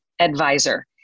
advisor